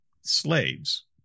slaves